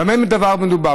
במה מדובר?